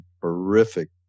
horrific